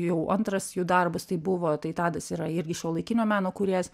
jau antras jų darbas tai buvo tai tadas yra irgi šiuolaikinio meno kūrėjas